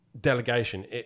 delegation